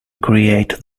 create